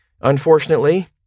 Unfortunately